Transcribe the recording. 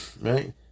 Right